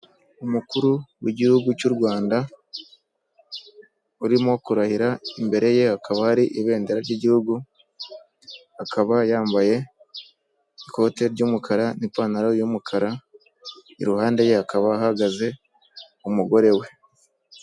Umukuru w'igihugu cy'u Rwanda urimo kurahira, imbere ye akaba ari ibendera ry'igihugu, akaba yambaye ikote ry'umukara n'ipantaro y'umukara, iruhande ye hakaba hahagaze umugore we.